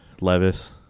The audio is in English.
Levis